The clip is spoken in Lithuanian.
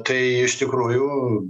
tai iš tikrųjų